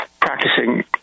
practicing